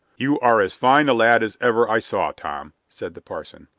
you are as fine a lad as ever i saw, tom, said the parson,